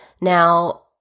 Now